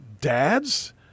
dads